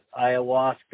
ayahuasca